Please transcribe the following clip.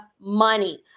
money